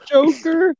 Joker